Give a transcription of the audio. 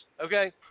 Okay